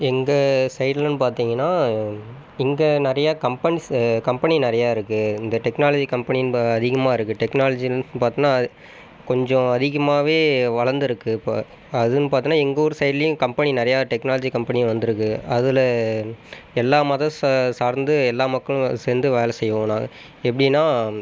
எங்கள் சைடிலன்னு பார்த்தீங்கன்னா இங்கே நிறையா கம்பெனிஸ் கம்பெனி நிறையாருக்கு இந்த டெக்னாலஜி கம்பெனி அதிகமாயிருக்கு டெக்னாலஜின்னு பார்த்தோம்னா கொஞ்சம் அதிகமாகவே வளர்ந்துருக்கு இப்போ அதுன்னு பார்த்தோம்னா எங்கள் ஊர் சைடிலயும் கம்பெனி நிறையா டெக்னாலஜி கம்பெனி வந்திருக்கு அதில் எல்லா மதம் ச சார்ந்து எல்லா மக்களும் சேர்ந்து வேலை செய்வோம் நாங்கள் எப்படின்னா